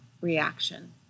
reaction